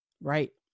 Right